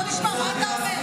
בוא נשמע מה אתה אומר.